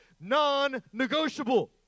non-negotiable